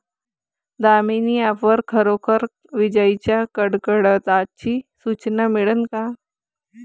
Damini app वर खरोखर विजाइच्या कडकडाटाची सूचना मिळन का?